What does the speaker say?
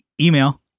email